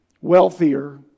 wealthier